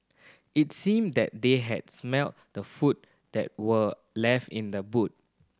it seemed that they had smelt the food that were left in the boot